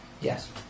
Yes